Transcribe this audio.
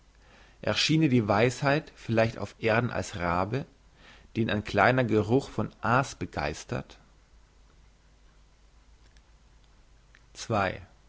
erschiene die weisheit vielleicht auf erden als rabe den ein kleiner geruch von aas begeistert